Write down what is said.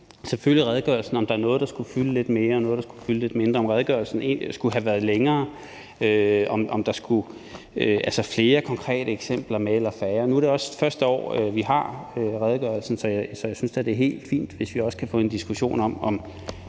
fylde lidt mere, eller noget, der skulle fylde lidt mindre, eller om redegørelsen skulle have været længere, eller om der skulle have været flere konkrete eksempler med eller færre. Nu er det også første år, vi har redegørelsen, så jeg synes da, det er helt fint, hvis vi også kan få en diskussion om,